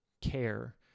care